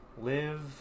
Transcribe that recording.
Live